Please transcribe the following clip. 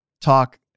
talk